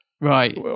Right